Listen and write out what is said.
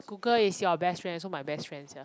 google is your best friend so my best friend is here